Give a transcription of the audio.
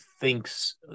thinks